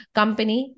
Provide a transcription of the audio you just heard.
company